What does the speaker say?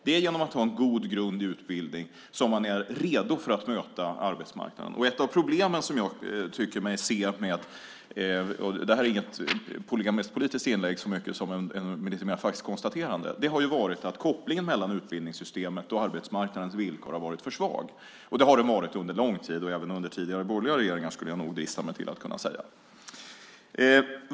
Det är genom att ha en god grund i utbildning som man är redo att möta arbetsmarknaden. Det här är inte något polemiskt politiskt inlägg så mycket som ett faktiskt konstaterande, men ett av problemen som jag tycker mig se är att kopplingen mellan utbildningssystemet och arbetsmarknadens villkor har varit för svag. Det har den varit under lång tid - även under tidigare borgerliga regeringar, skulle jag vilja drista mig till att säga.